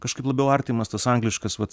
kažkaip labiau artimas tas angliškas vat